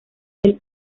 del